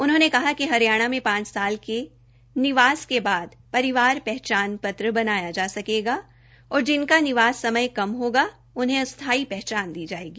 उन्होंने कहा कि हरियाणा में पांच साल के निवास के बाद परिवार पहचान पत्र बनाया जा सकेगा और जिनका निवास समय कम होगा उन्हेँ अस्थाई पहचान दी जायेगी